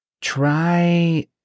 Try